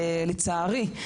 לצערי,